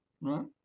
right